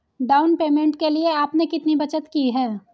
Down payment के लिए आपने कितनी बचत की है?